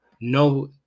no